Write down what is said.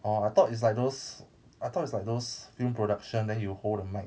orh I thought it's like those I thought it's like those film production then you hold the mic